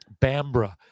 Bambra